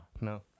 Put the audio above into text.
No